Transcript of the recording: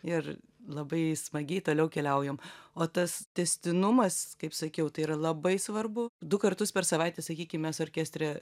ir labai smagiai toliau keliaujame o tas tęstinumas kaip sakiau tai yra labai svarbu du kartus per savaitę sakykime orkestre